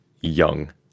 young